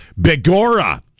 bigora